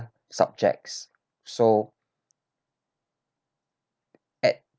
subjects so at